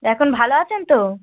এখন ভালো আছেন তো